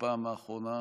בפעם האחרונה